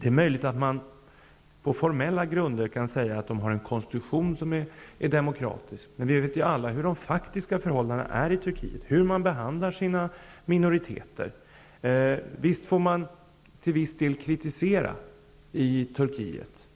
Det är möjligt att man på formella grunder kan säga att landet har en konstitution som är demokratisk, men vi vet ju alla hur de faktiska förhållandena är i Turkiet, hur landet behandlar sina minoriteter. Visst får man i Turkiet till viss del kritisera